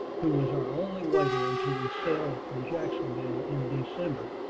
who was our only waiter until we sailed from jacksonville in december,